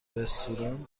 رستوران